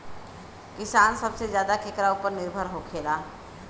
किसान सबसे ज्यादा केकरा ऊपर निर्भर होखेला?